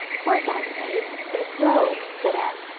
words aren't made they grow, said anne.